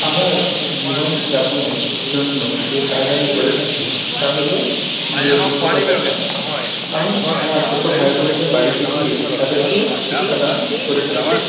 আমার জীবনযাপনের জন্য যে কাজ আমি করে থাকি তা হল গৃহশিক্ষকতার কাজ আমি আমার ছোট ভাইবোনদের বাড়িতে গিয়ে তাদেরকে শিক্ষাদান করে থাকি